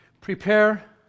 prepare